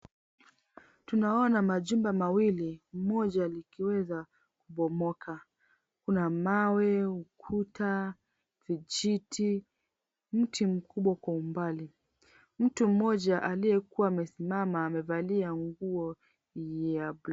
Tunaona majumba mawili mmoja likiweza kubomoka. Kuna mawe, ukuta, vijiti, mti mikubwa kwa mbali. Mtu mmoja aliyekuwa amesimama amevalia nguo ya kijani.